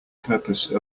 purpose